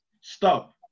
Stop